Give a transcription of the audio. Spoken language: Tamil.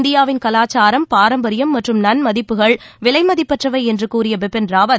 இந்தியாவின் கலாச்சாரம் பாரம்பரியம் மற்றும் நன்மதிப்புகள் விலை மதிப்பற்றவை என்று கூறிய பிபின் ராவத்